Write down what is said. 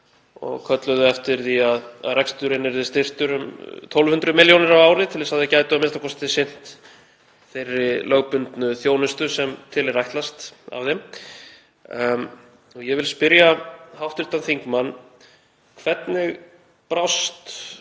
og kölluðu eftir því að reksturinn yrði styrktur um 1.200 millj. kr. á ári til þess að þær gætu a.m.k. sinnt þeirri lögbundnu þjónustu sem til er ætlast af þeim. Og ég vil spyrja hv. þingmann: Hvernig brást